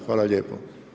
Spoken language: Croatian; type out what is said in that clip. Hvala lijepo.